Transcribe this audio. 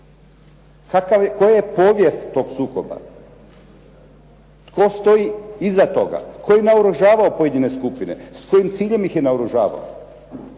Koja je povijest tog sukoba? Tko stoji iza toga? Tko je naoružavao pojedine skupine? S kojim ciljem ih je naoružavao?